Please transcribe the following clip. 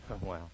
wow